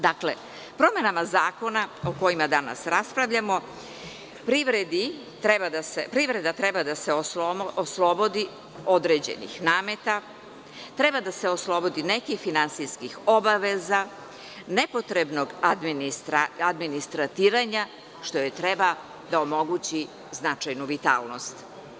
Dakle, promenama zakona o kojima danas raspravljamo, privreda treba da se oslobodi određenih nameta, nekih finansijskih obaveza, nepotrebnog administriranja, što treba da omogući značajnu vitalnost.